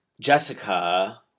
Jessica